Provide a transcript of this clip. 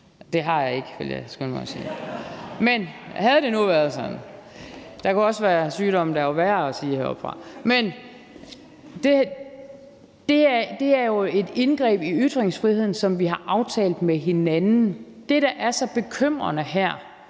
Det har jeg ikke, vil jeg skynde mig at sige – men havde det nu været sådan. Der kunne også være sygdomme, der var værre at omtale heroppefra. Men det er jo et indgreb i ytringsfriheden, som vi har aftalt med hinanden. Det, der er så bekymrende her,